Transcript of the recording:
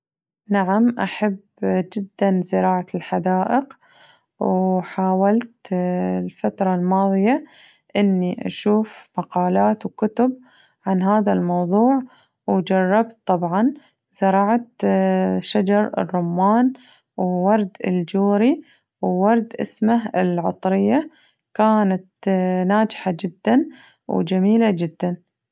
نعم أحب جداً زراعة الحدائق وحاولت الفترة الماضية إني أشوف مقالات وكتب عن هذا الموضوع وجربت طبعاً زرعت شجر الرمان وورد الجوري وورد اسمه العطرية كانت ناجحة جداً وجميلة جداً.